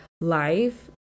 life